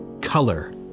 Color